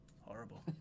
Horrible